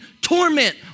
torment